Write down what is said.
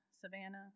Savannah